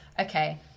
okay